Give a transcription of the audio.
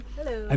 Hello